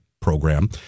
program